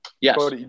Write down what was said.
yes